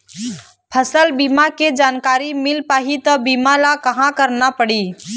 फसल बीमा के जानकारी मिल पाही ता बीमा ला कहां करना पढ़ी?